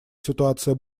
ситуация